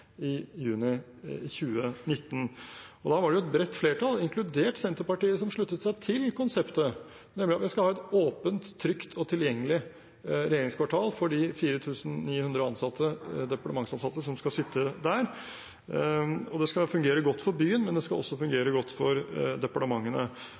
i juni i 2019. Da var det jo et bredt flertall, inkludert Senterpartiet, som sluttet seg til konseptet, nemlig at vi skal ha et åpent, trygt og tilgjengelig regjeringskvartal for de 4 700 departementsansatte som skal sitte der. Det skal fungere godt for byen, men det skal også